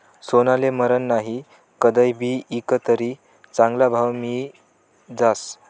सोनाले मरन नही, कदय भी ईकं तरी चांगला भाव मियी जास